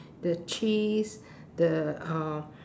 the cheese the uh